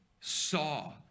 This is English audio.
saw